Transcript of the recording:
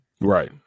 Right